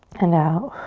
and out.